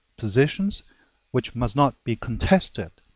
positions which must not be contested,